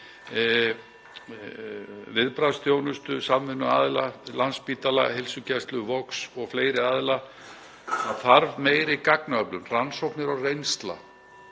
viðbragðsþjónustu samvinnuaðila; Landspítala, heilsugæslu, Vogs og fleiri aðila. Það þarf meiri gagnaöflun, rannsóknir og reynslu.